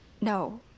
No